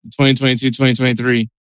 2022-2023